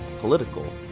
political